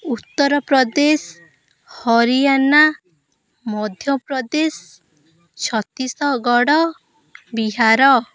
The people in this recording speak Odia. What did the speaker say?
ଉତ୍ତରପ୍ରଦେଶ ହରିୟାଣା ମଧ୍ୟପ୍ରଦେଶ ଛତିଶଗଡ଼ ବିହାର